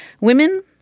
women